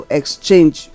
exchange